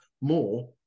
more